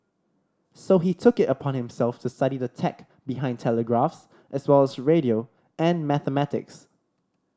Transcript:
so he took it upon himself to study the tech behind telegraphs as well as radio and mathematics